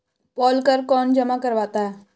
पोल कर कौन जमा करवाता है?